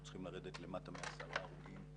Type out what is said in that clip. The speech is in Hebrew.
אנחנו צריכים לרדת למטה מעשרה הרוגים,